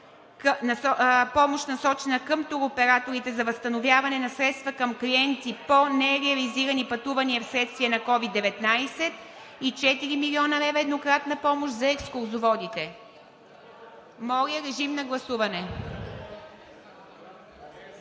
помощ, насочена към туроператорите за възстановяване средствата от клиенти по нереализирани пътувания вследствие на COVID-19 и 4 млн. лв. еднократна помощ за екскурзоводите. Гласували